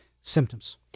symptoms